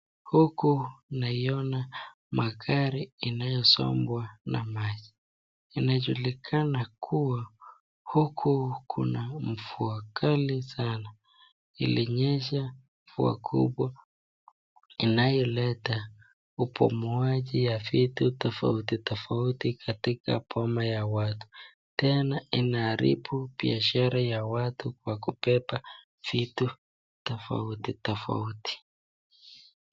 Huku naiona magari inayosombwa na maji , inajulikana kuwa huku kuna mvua kali sana ,ilinyesha mvua kubwa inayoleta ubomoaji ya vitu tofauti tofauti katika boma ya watu, tena ina haribu biashara ya watu wa kubeba vitu tofauti tofauti.